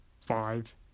Five